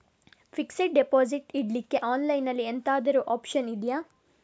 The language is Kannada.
ಫಿಕ್ಸೆಡ್ ಡೆಪೋಸಿಟ್ ಇಡ್ಲಿಕ್ಕೆ ಆನ್ಲೈನ್ ಅಲ್ಲಿ ಎಂತಾದ್ರೂ ಒಪ್ಶನ್ ಇದ್ಯಾ?